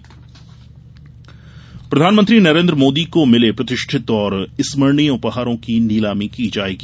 उपहार नीलामी प्रधानमंत्री नरेन्द्र मोदी को मिले प्रतिष्ठित और स्मरणीय उपहारों की नीलामी की जायेगी